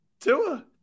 Tua